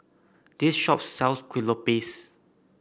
this shop sells Kueh Lopes